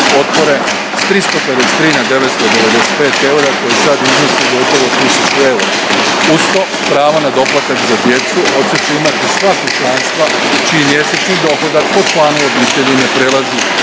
potpore, s 353 na 995 eura, koje sad iznose gotovo tisuću eura. Uz to, pravo na doplatak za djecu odsad će imati sva kućanstva čiji mjesečni dohodak po članu obitelji ne prelazi